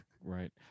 Right